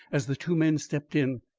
as the two men stepped in.